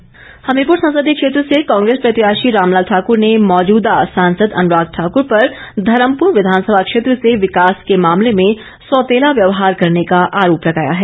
रामलाल ठाक्र हमीरपुर संसदीय क्षेत्र से कांग्रेस प्रत्याशी रामलाल ठाकुर ने मौजूदा सांसद अनुराग ठाकुर पर धर्मपुर विधानसभा क्षेत्र से विकास के मामले में सौतेला व्यवहार करने का आरोप लगाया है